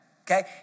okay